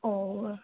ഓ